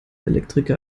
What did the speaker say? elektriker